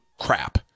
crap